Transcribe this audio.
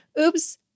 oops